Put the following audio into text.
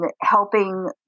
helping